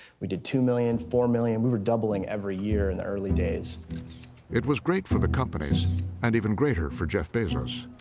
we did two million, four million, we were doubling every year in the early days. narrator it was great for the companies and even greater for jeff bezos.